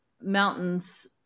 mountains